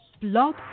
Blog